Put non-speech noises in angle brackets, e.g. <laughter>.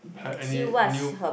<noise> any new